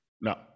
No